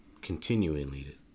continually